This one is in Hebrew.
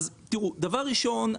דבר ראשון,